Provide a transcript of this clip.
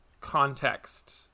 context